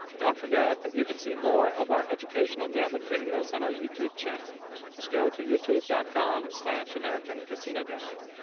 don't forget that you can see more of our educational gaming videos on our youtube channel just go to youtube dot com slash americancasinoguide